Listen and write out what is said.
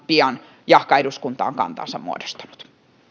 pian jahka eduskunta on kantansa muodostanut